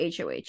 HOH